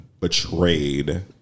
betrayed